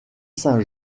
saint